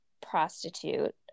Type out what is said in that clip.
prostitute